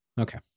Okay